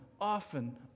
often